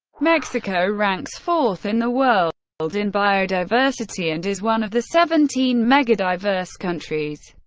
mexico ranks fourth in the world world in biodiversity and is one of the seventeen megadiverse countries.